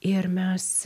ir mes